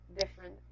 different